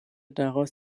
daraus